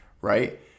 right